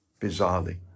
bizarrely